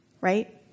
right